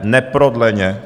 Neprodleně!